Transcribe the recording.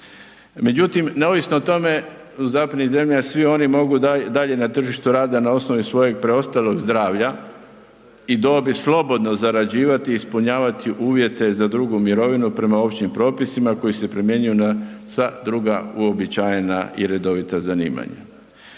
Međutim, neovisno o tome, u zapadnim zemljama, svi oni mogu dalje na tržištu rada na osnovi svojeg preostalog zdravlja i dobi slobodno zarađivati i ispunjavati uvjete za drugu mirovinu prema općim propisima koji se primjenjuju na sva druga uobičajena i redovita zanima.